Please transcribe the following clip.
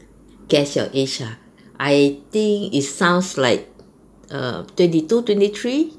guess your age ah I think it sounds like err twenty two twenty three